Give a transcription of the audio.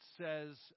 says